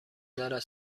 دارد